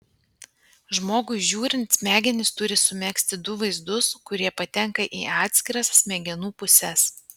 žmogui žiūrint smegenys turi sumegzti du vaizdus kurie patenka į atskiras smegenų puses